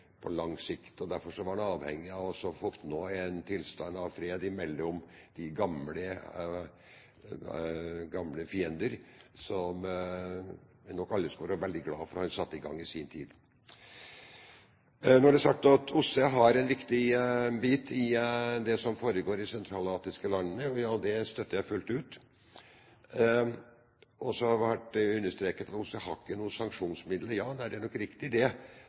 på lang sikt. Derfor var han avhengig av å oppnå fred mellom de gamle fiender. Alle skal nok være glad for at han satte i gang det i sin tid. Nå er det sagt at OSSE er viktig i det som foregår i sentralasiatiske land. Det støtter jeg fullt ut. Det har vært understreket at OSSE har ikke noen sanksjonsmidler. Det er riktig, det, og jeg skulle gjerne sett at FN engasjerte seg i mye større grad akkurat på dette området. Høybråten tok opp reformarbeidet i FN. Det